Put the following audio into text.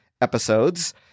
episodes